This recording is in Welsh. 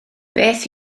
beth